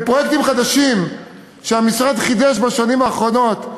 על פרויקטים חדשים שהמשרד חידש בשנים האחרונות,